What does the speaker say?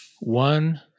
One